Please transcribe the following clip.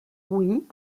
oui